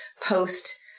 post